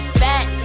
fat